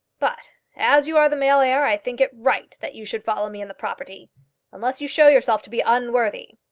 but as you are the male heir, i think it right that you should follow me in the property unless you show yourself to be unworthy.